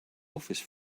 office